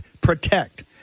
protect